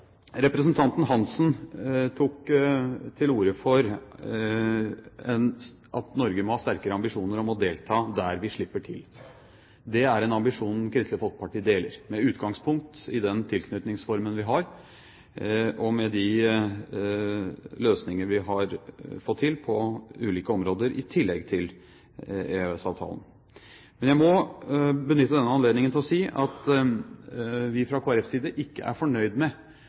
Representanten Svein Roald Hansen tok til orde for at Norge må ha sterkere ambisjon om å delta der vi slipper til. Det er en ambisjon Kristelig Folkeparti deler med utgangspunkt i den tilknytningsformen vi har, og med de løsninger vi har fått til på ulike områder i tillegg til EØS-avtalen. Men jeg må benytte denne anledningen til å si at vi fra Kristelig Folkepartis side ikke er fornøyd med